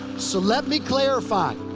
so let me clarify.